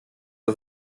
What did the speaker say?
das